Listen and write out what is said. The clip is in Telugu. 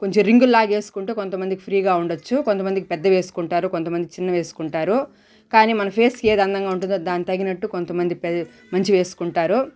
కొంచెం రింగులలాగా వేసుకుంటే కొంతమందికి ఫ్రీగా ఉండచ్చు కొంతమంది పెద్దవి వేసుకుంటారు కొంతమంది చిన్నవి వేసుకుంటారు కానీ మన ఫేస్కి ఏది అందంగా ఉంటుందో దానికి తగినట్టు కొంతమంది పే మంచివి వేసుకుంటారు